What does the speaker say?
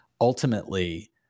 Ultimately